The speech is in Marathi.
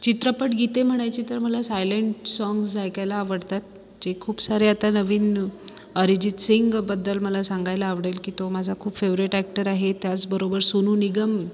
चित्रपट गीते म्हणायची तर मला सायलेंट साँग्ज ऐकायला आवडतात जे खूप सारे आता नवीन अरिजित सिंगबद्दल मला सांगायला आवडेल की तो माझा खूप फेव्हरेट ॲक्टर आहे त्याचबरोबर सोनू निगम